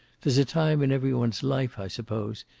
there's a time in every one's life, i suppose,